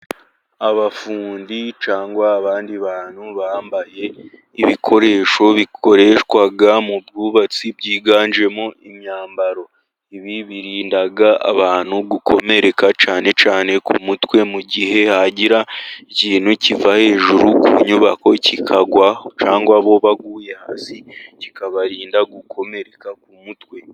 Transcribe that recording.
Abafundi cyangwa abandi bantu bambaye ibikoresho bikoreshwa mu bwubatsi, byiganjemo imyambaro ibi birinda abantu gukomereka cyane cyane ku mutwe, mu gihe hagira ikintu kiva hejuru ku nyubako kikagwa cyangwa bo baguye hasi kikabarinda gukomereka ku mutwe.